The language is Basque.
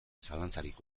zalantzarik